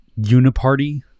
uniparty